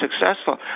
successful